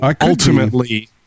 ultimately